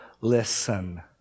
listen